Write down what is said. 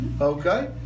Okay